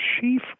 chief